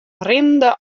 rinnende